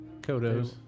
Kodos